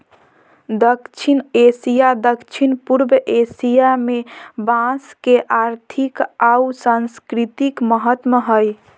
दक्षिण एशिया, दक्षिण पूर्व एशिया में बांस के आर्थिक आऊ सांस्कृतिक महत्व हइ